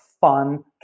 fun